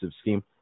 scheme